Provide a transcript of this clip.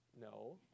No